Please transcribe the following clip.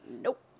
nope